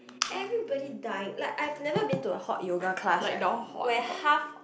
everybody dying like I've never been to a hot yoga class right where half